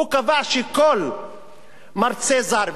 הוא קבע שכל מרצה זר,